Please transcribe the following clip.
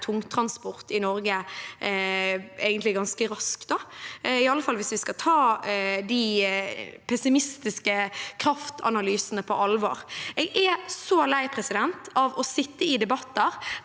tungtransport i Norge ganske raskt, egentlig, iallfall hvis vi skal ta de pessimistiske kraftanalysene på alvor. Jeg er så lei av å sitte i debatter